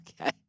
okay